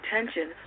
attention